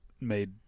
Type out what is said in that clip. made